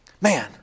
Man